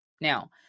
Now